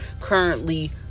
currently